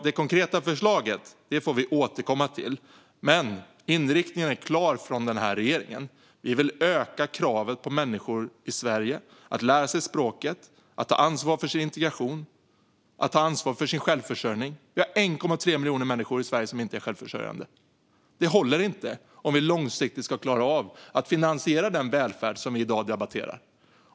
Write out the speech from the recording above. Det konkreta förslaget får vi återkomma till, men inriktningen från regeringen är klar. Denna regering vill öka kraven på människor i Sverige när det gäller att lära sig språket, ta ansvar för sin integration och ta ansvar för sin självförsörjning. Vi har 1,3 miljoner människor i Sverige som inte är självförsörjande. Det håller inte om vi långsiktigt ska klara av att finansiera den välfärd som debatteras i dag.